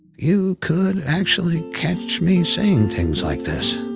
you could actually catch me saying things like this.